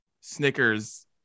Snickers